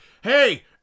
Hey